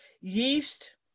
yeast